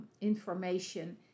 information